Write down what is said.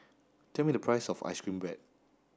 tell me the price of ice cream bread